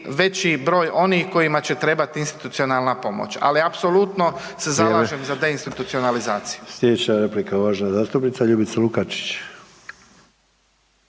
broj onih kojima će trebat institucionalna pomoć, ali apsolutno se zalažem …/Upadica: Vrijeme/…za deinstitucionalizaciju.